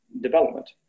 development